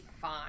fine